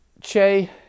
Che